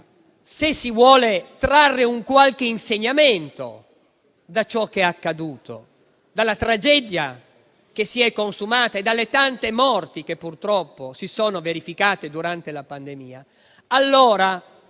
Se si vuole trarre un qualche insegnamento da ciò che è accaduto, dalla tragedia che si è consumata e dalle tante morti che purtroppo si sono verificate durante la pandemia, allora